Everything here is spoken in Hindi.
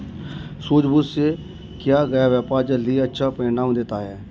सूझबूझ से किया गया व्यापार जल्द ही अच्छा परिणाम देता है